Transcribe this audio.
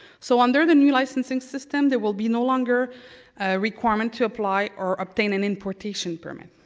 so under the new licensing system, there will be no longer a requirement to apply or obtain an importation permit.